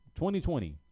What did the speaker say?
2020